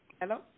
Hello